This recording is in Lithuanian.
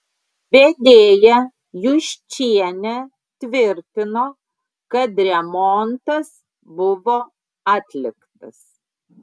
vedėja juščienė tvirtino kad remontas buvo atliktas